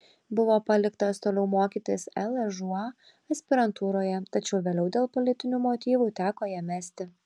buvo paliktas toliau mokytis lžūa aspirantūroje tačiau vėliau dėl politinių motyvų teko ją mesti